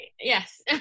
Yes